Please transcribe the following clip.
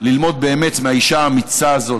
ללמוד באמת מהאישה האמיצה הזאת,